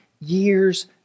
years